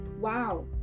wow